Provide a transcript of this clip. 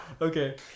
Okay